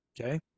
Okay